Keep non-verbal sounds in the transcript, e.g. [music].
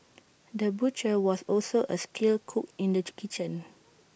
the butcher was also A skilled cook in the [unintelligible] kitchen